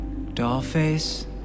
Dollface